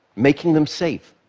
making them safe.